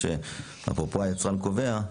אפרופו היצרן קובע,